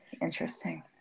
Interesting